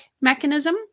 mechanism